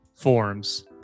forms